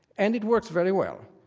and it works very well.